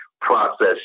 process